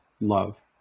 love